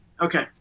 okay